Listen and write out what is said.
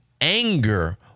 anger